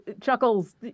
chuckles